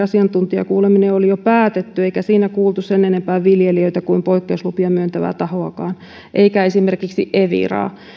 asiantuntijakuuleminen oli jo päätetty eikä siinä kuultu sen enempää viljelijöitä kuin poikkeuslupia myöntävää tahoakaan eikä esimerkiksi eviraa